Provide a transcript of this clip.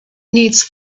needs